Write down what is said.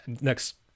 next